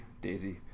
Daisy